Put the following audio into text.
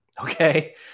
okay